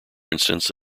instance